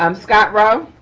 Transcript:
um scott rowe.